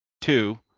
two